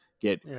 get